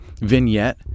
vignette